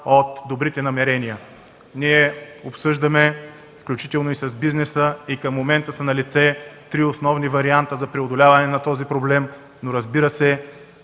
от добрите намерения. Ние обсъждаме, включително и с бизнеса, и към момента са налице три основни варианта за преодоляване на този проблем, но разбира се